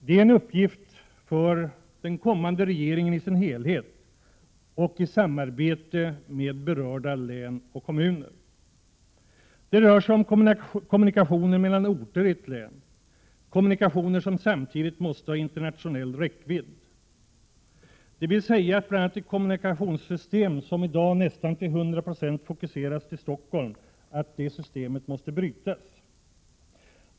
Det är en uppgift för den kommande regeringen i sin helhet i samarbete med berörda län och kommuner. Det rör sig om kommunikationer mellan olika orter i ett län, kommunikationer som samtidigt måste ha internationell räckvidd. Det innebär att kommunikationssystemets nästan 100-procentiga fokusering till Stockholm måste brytas.